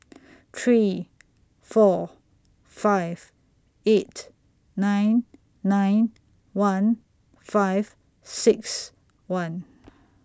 three four five eight nine nine one five six one